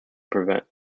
prevent